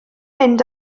mynd